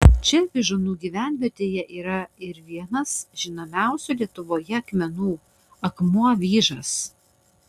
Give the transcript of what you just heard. čia vyžuonų gyvenvietėje yra ir vienas žinomiausių lietuvoje akmenų akmuo vyžas